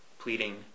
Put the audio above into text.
pleading